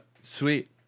sweet